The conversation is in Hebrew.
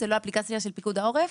שהיא לא אפליקציה של פיקוד העורף.